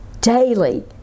Daily